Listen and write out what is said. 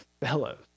fellows